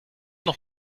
noch